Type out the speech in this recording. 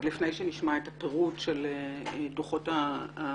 עוד לפני שנשמע את הפירוט של דוחות המבקר.